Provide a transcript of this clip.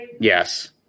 Yes